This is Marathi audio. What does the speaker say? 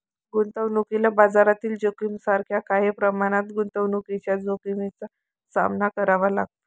गुंतवणुकीला बाजारातील जोखमीसारख्या काही प्रमाणात गुंतवणुकीच्या जोखमीचा सामना करावा लागतो